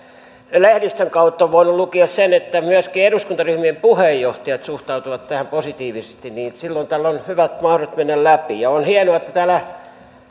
lehdistön kautta on voinut lukea sen että myöskin eduskuntaryhmien puheenjohtajat suhtautuvat tähän positiivisesti niin silloin tällä on hyvät mahdollisuudet mennä läpi on hienoa että täällä